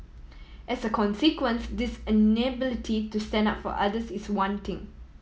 as a consequence this inability to stand up for others is one thing